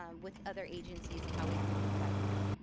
um with other agencies, and how we have to comply with them.